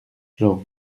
jean